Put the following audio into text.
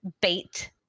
bait